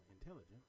intelligence